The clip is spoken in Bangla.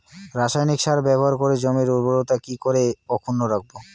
রাসায়নিক সার ব্যবহার করে জমির উর্বরতা কি করে অক্ষুণ্ন রাখবো